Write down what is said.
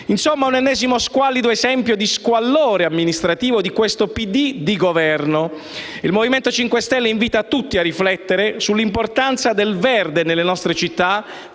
Insomma un ennesimo squallido esempio di squallore amministrativo di questo PD di Governo. Il Movimento 5 Stelle invita tutti a riflettere sull'importanza del verde nelle nostre città